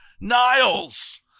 Niles